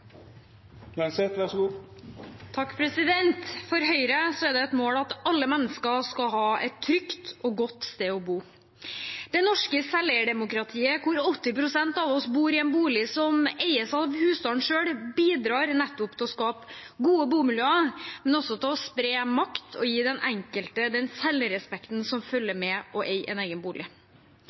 det et mål at alle mennesker skal ha et trygt og godt sted å bo. Det norske selveierdemokratiet, hvor 80 pst. av oss bor i en bolig som eies av husstanden selv, bidrar nettopp til å skape gode bomiljøer, men også til å spre makt og gi den enkelte den selvrespekten som følger med å eie en egen bolig.